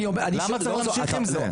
למה צריך להמשיך עם זה?